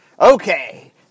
Okay